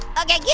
okay, yeah